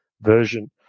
version